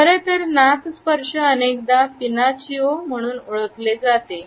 खरं तर नाक स्पर्श अनेकदा पिनोचिओ म्हणून ओळखले जाते